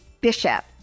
Bishop